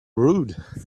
rude